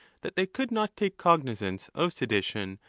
that they could not take cog nisance of sedition,